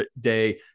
day